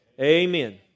amen